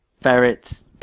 ferrets